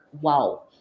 wow